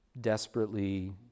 desperately